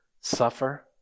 Suffer